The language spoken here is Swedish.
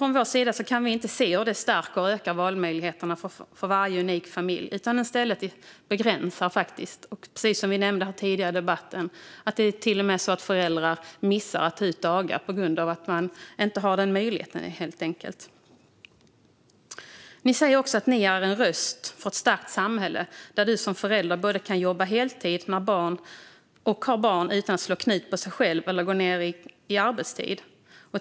Från vår sida kan vi inte se hur det stärker och ökar valmöjligheterna för varje unik familj. Snarare begränsar det dem. Precis som nämndes tidigare i debatten finns det till och med föräldrar som missar att ta ut dagar, helt enkelt på grund av att man inte har den möjligheten. Ni säger också att ni är en röst för ett starkt samhälle där du som förälder både kan jobba heltid och ha barn utan att slå knut på dig själv eller gå ned i arbetstid.